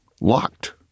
Locked